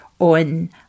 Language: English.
on